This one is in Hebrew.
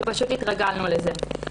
כי פשוט התרגלנו לזה.